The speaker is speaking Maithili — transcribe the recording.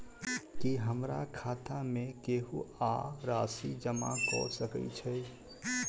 की हमरा खाता मे केहू आ राशि जमा कऽ सकय छई?